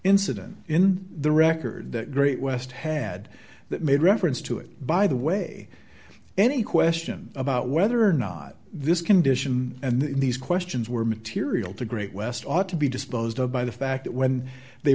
incident in the record that great west had that made reference to it by the way any question about whether or not this condition and these questions were material to great west ought to be disposed of by the fact that when they